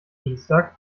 dienstag